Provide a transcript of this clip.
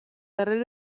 darrer